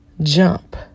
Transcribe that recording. jump